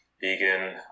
vegan